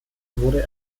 wurde